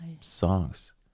songs